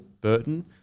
Burton